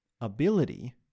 ability